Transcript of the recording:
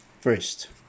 First